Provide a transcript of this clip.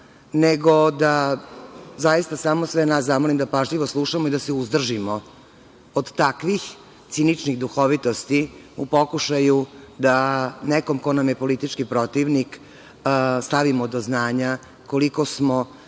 nego da zaista sve nas zamolim da pažljivo slušamo i da se uzdržimo od takvih ciničnih duhovitosti u pokušaju da nekome ko nam je politički protivnik stavimo do znanja koliko smo